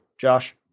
Josh